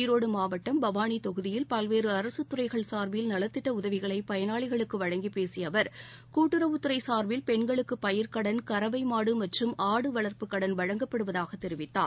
ஈரோடு மாவட்டம் பவானி தொகுதியில் பல்வேறு அரசு துறைகள் சார்பில் நலத்திட்ட உதவிகளை பயனாளிகளுக்கு வழங்கிப் பேசிய அவர் கூட்டுறவுத்துறை சார்பில் பெண்களுக்கு பயிர்க் கடன் கறவை மாடு மற்றும் ஆடு வளர்ப்புக் கடன் வழங்கப்படுவதாக தெரிவித்தார்